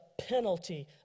penalty